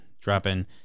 dropping